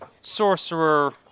sorcerer